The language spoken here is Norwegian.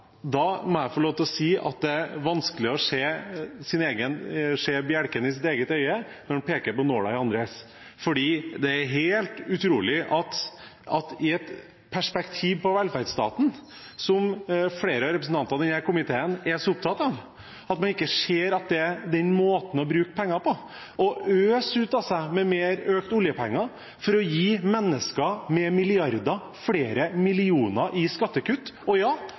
må jeg få lov til å si at det er vanskelig å se bjelken i sitt eget øye når en peker på flisen i andres. Det er helt utrolig at man i et velferdsstatsperspektiv, som flere av representantene i denne komiteen er så opptatt av, ikke ser at det er den måten man bruker penger på – øser ut mer, øker oljepengebruken – for å gi mennesker med milliarder flere millioner i skattekutt.